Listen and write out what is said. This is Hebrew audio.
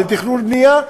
לתכנון ובנייה,